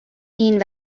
این